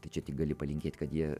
tai čia tik gali palinkėt kad jie